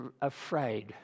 afraid